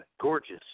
gorgeous